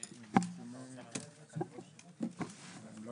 הישיבה ננעלה בשעה 11:37.